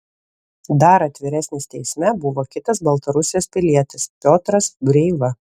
dar atviresnis teisme buvo kitas baltarusijos pilietis piotras breiva